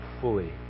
fully